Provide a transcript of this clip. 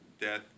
Death